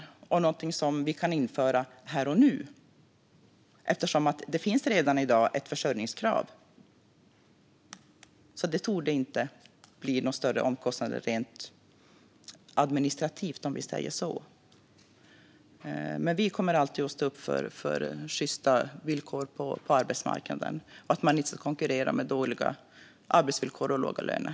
Det är också någonting som vi kan införa här och nu, eftersom det redan i dag finns ett försörjningskrav. Det torde alltså inte bli några större administrativa omkostnader. Vi kommer alltid att stå upp för sjysta villkor på arbetsmarknaden. Man ska inte konkurrera med dåliga arbetsvillkor och låga löner.